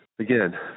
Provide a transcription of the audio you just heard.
Again